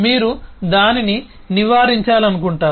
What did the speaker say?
మీరు దానిని నివారించాలనుకుంటున్నారు